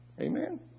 Amen